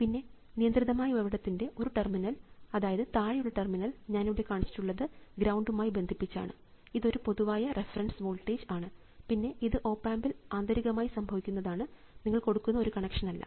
പിന്നെ നിയന്ത്രിതമായ ഉറവിടത്തിൻറെ ഒരു ടെർമിനൽ അതായത് താഴെയുള്ള ടെർമിനൽ ഞാനിവിടെ കാണിച്ചിട്ടുള്ളത് ഗ്രൌണ്ടുമായി ബന്ധിപ്പിച്ചാണ് ഇതൊരു പൊതുവായ റഫറൻസ് വോൾട്ടേജ് ആണ് പിന്നെ ഇത് ഓപ് ആമ്പിൽ ആന്തരികമായി സംഭവിക്കുന്നതാണ് നിങ്ങൾ കൊടുക്കുന്ന ഒരു കണക്ഷൻ അല്ല